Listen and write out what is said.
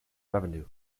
revenue